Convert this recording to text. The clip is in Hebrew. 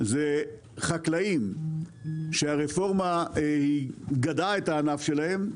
זה חקלאים שהרפורמה גדעה את הענף שלהם,